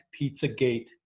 Pizzagate